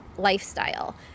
lifestyle